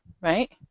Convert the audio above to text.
right